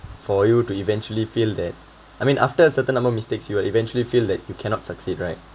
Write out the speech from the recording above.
for you to eventually feel that I mean after a certain amount mistakes you will eventually feel that you cannot succeed right